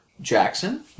Jackson